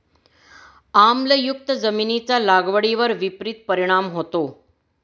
आम्लयुक्त जमिनीचा लागवडीवर विपरीत परिणाम होतो